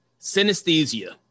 synesthesia